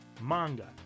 manga